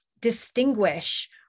distinguish